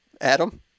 Adam